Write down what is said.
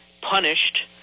punished